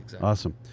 Awesome